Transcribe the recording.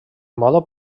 moda